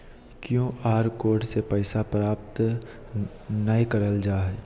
Q R code से पैसा प्राप्त नयय करल जा हइ